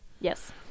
Yes